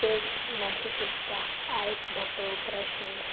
કેમ નથી શીખતા આ એક મોટો પ્રશ્ન